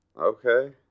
Okay